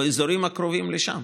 באזורים קרובים לשם.